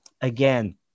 again